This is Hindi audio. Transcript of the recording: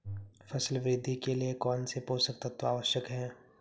फसल वृद्धि के लिए कौनसे पोषक तत्व आवश्यक हैं?